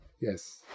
yes